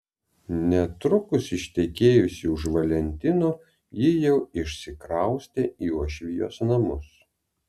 netrukus ištekėjusi už valentino ji jau išsikraustė į uošvijos namus